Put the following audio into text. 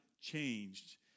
changed